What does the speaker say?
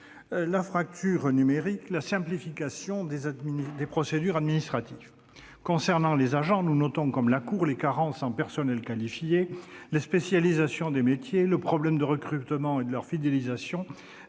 la fracture numérique ou la simplification des procédures administratives. Concernant les agents, nous notons, comme la Cour, les carences en personnels qualifiés, la spécialisation des métiers, le problème du recrutement et de la fidélisation,